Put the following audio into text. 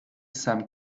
some